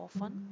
often